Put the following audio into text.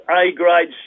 A-grade